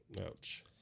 Ouch